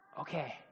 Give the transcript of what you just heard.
Okay